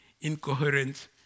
incoherent